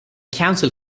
council